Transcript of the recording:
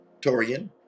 Torian